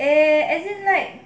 eh as in like